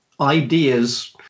ideas